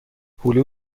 هلو